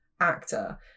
actor